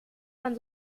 man